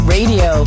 Radio